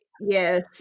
Yes